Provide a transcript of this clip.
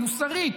המוסרית,